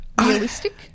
realistic